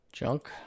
Junk